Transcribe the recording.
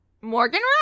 Morgan